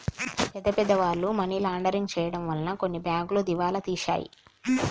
పెద్ద పెద్ద వాళ్ళు మనీ లాండరింగ్ చేయడం వలన కొన్ని బ్యాంకులు దివాలా తీశాయి